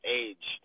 age